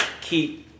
keep